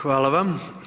Hvala vam.